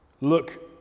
Look